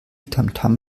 tamtam